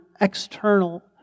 external